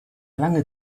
lange